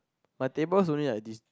my table is only like this